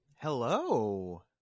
hello